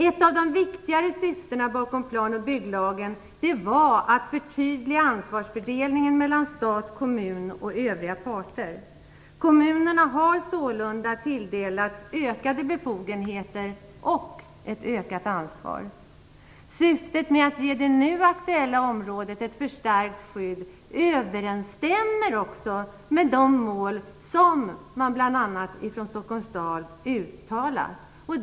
Ett av de viktigare syftena med plan och bygglagen var att förtydliga ansvarsfördelningen mellan stat, kommun och övriga parter. Kommunerna har sålunda tilldelats ökade befogenheter och ett ökat ansvar. Syftet med att ge det nu aktuella området ett förstärkt skydd överensstämmer också med de mål som man bl.a. har uttalat från Stockholms stad.